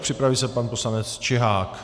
Připraví se pan poslanec Čihák.